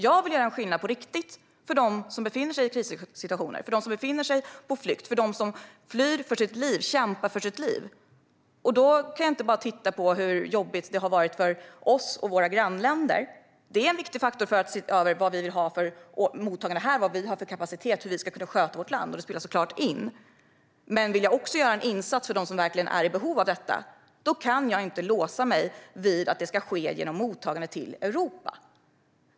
Jag vill göra en skillnad på riktigt för dem som befinner sig i krissituationer - för dem som befinner sig på flykt, flyr för sina liv och kämpar för sina liv. Då kan jag inte bara titta på hur jobbigt det har varit för oss och våra grannländer. Det är en viktig faktor för att se över vad vi vill ha för mottagande här - vad vi har för kapacitet och hur vi ska kunna sköta vårt land. Det spelar såklart in, men vill jag också göra en insats för dem som verkligen är i behov av detta kan jag inte låsa mig vid att det ska ske genom mottagande till Europa.